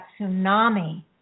tsunami